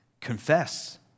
Confess